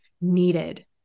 needed